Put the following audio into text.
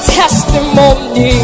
testimony